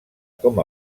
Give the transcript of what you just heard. com